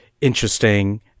interesting